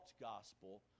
gospel